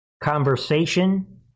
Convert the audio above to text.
conversation